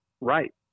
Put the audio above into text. right